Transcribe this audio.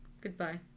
goodbye